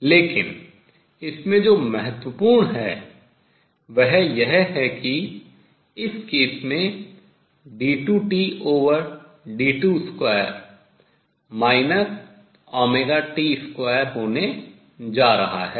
लेकिन इसमें जो महत्वपूर्ण है वह यह है कि इस केस में d2Tdt2 T2 के बराबर होने जा रहा है